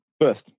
first